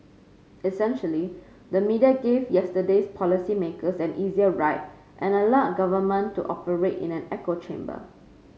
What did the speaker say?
essentially the media gave yesterday's policy makers an easier ride and allowed government to operate in an echo chamber